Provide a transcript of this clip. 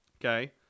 Okay